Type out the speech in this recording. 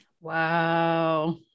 Wow